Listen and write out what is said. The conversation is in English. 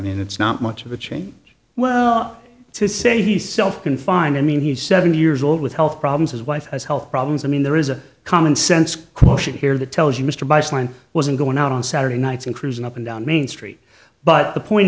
mean it's not much of a change well to say he's self confined and mean he's seven years old with health problems his wife has health problems i mean there is a common sense quotient here that tells you mr bice line wasn't going out on saturday nights and cruising up and down main street but the point